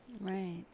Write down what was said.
Right